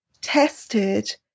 tested